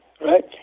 right